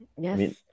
yes